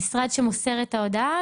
המשרד שמוסר את ההודעה.